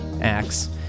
acts